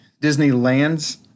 Disneyland's